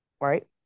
Right